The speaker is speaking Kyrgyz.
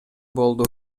болду